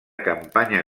campanya